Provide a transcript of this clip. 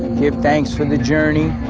give thanks for the journey,